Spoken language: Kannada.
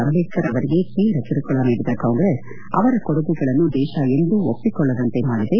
ಅಂಬೇಡ್ತರ್ ಅವರಿಗೆ ತೀವ್ರ ಕಿರುಕುಳ ನೀಡಿದ ಕಾಂಗ್ರೆಸ್ ಅವರ ಕೊಡುಗೆಗಳನ್ನು ದೇಶ ಎಂದೂ ಒಪ್ಪಿಕೊಳ್ಳದಂತೆ ಮಾಡಿದೆ